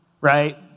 right